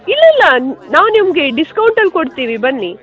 ಇಲ್ಲ ಇಲ್ಲ ನಾವು ನಿಮಗೆ ಡಿಸ್ಕೌಂಟಲ್ಲಿ ಕೊಡ್ತೀವಿ ಬನ್ನಿ